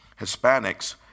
Hispanics